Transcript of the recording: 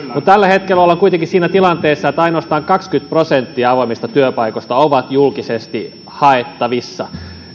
tällä hetkellä ollaan siinä tilanteessa että ainoastaan kaksikymmentä prosenttia avoimista työpaikoista on julkisesti haettavissa